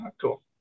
Cool